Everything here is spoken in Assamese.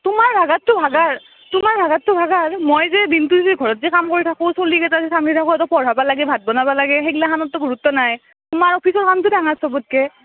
তোমাৰ ভাগৰটো ভাগৰ তোমাৰ ভাগৰটো ভাগৰ মই যে দিনটো যে ঘৰত যে কাম কৰি থাকোঁ চলিকেইটা যে চম্ভালি থাকোঁ সিহঁতক পঢ়াব লাগে ভাত বনাব লাগে সেইগ্লাখানৰটো গুৰুত্ব নাই তোমাৰ অফিচৰ কামটো ডাঙৰ সবতকৈ